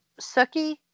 Suki